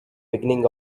beginning